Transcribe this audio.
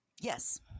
Yes